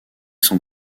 sont